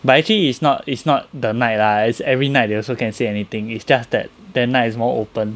but actually it's not it's not the night lah it's every night they also can say anything it's just that that night is more open